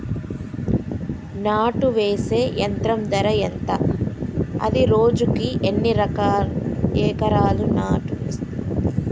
నాటు వేసే యంత్రం ధర ఎంత? అది రోజుకు ఎన్ని ఎకరాలు నాటు వేస్తుంది?